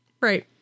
Right